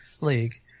league